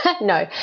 No